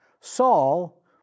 Saul